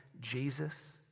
Jesus